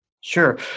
Sure